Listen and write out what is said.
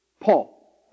Paul